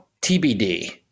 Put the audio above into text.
TBD